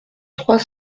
trois